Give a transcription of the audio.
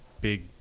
big